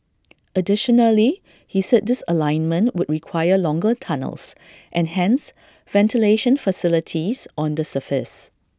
additionally he said this alignment would require longer tunnels and hence ventilation facilities on the surface